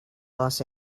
los